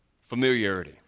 Familiarity